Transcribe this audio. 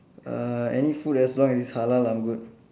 uh any food as long as it's halal I'm good